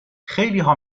خیلیها